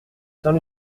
saint